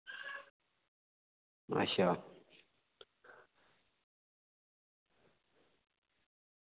अच्छा